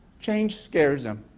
change scares him,